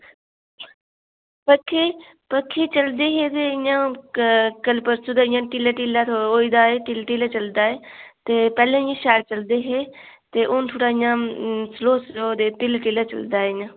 पक्खे पक्खे चलदे हे ते इ'यां कल्ल परसूं दे इ'यां ढिल्ला ढिल्ला ढिल्ला ढिल्ला चलदा ऐ ते पैह्लें इ'यां शैल चलदे हे ते हून थोह्ड़ा इ'यां स्लोऽ स्लोऽ ढिल्ला ढिल्ला चलदा ऐ इ'यां